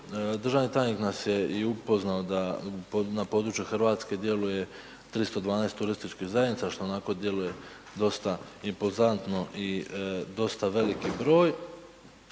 Državni tajnik nas je upoznao da ma području Hrvatske djeluje 312 turističkih zajednica što onako djeluje dosta impozantno i dosta velik broj